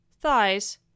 thighs